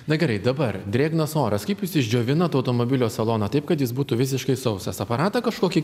na gerai dabar drėgnas oras kaip jūs išdžiovinat automobilio saloną taip kad jis būtų visiškai sausas aparatą kažkokį